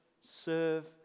serve